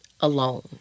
alone